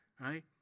Right